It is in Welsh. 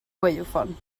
gwaywffon